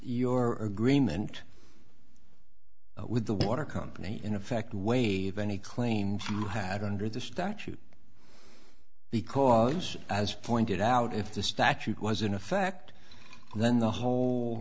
your agreement with the water company in effect waive any claim had under the statute because as pointed out if the statute was in effect then the whole